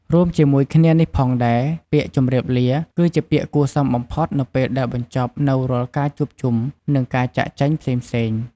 រួមជាមួយគ្នានេះផងដែរ ពាក្យជម្រាបលា គឺពាក្យគួរសមបំផុតនៅពេលដែលបញ្ចប់នូវរាល់ការជួបជុំ និងការចាកចេញផ្សេងៗ។